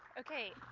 okay.